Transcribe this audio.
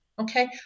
Okay